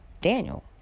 Daniel